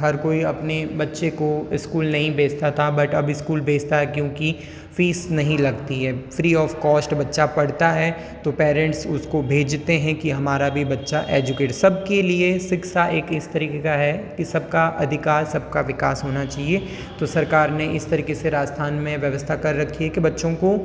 हर कोई अपने बच्चे को स्कूल नहीं भेजता था बट अभी स्कूल भेजता है क्योंकि फ़ीस नहीं लगती है फ्री ऑफ कास्ट बच्चा पढ़ता है तो पेरेंट्स उसको भेजते हैं कि हमारा भी बच्चा एजुकेट सबके लिए शिक्षा एक इस तरीके का है कि सबका अधिकार सबका विकास होना चाहिए तो सरकार ने इस तरीके से राजस्थान में व्यवस्था कर रखी है कि बच्चों को